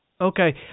Okay